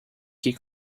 key